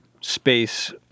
space